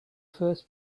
first